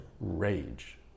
rage